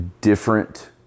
different